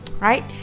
Right